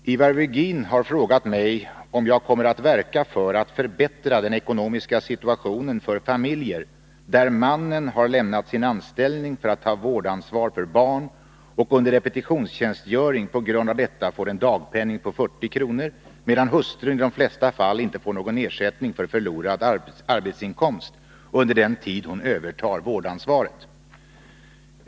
Herr talman! Ivar Virgin har frågat mig om jag kommer att verka för att förbättra den ekonomiska situationen för familjer där mannen har lämnat sin anställning för att ta vårdansvar för barn och under repetitionstjänstgöring på grund av detta får en dagpenning på 40 kr., medan hustrun i de flesta fall inte får någon ersättning för förlorad arbetsinkomst under den tid hon övertar vårdansvaret.